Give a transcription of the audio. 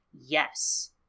Yes